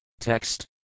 Text